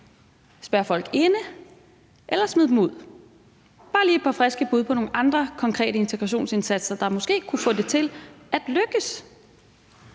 Jeg kunne bare godt tænke mig at høre et par friske bud på nogle andre konkrete integrationsindsatser, der måske kunne få det til at lykkes.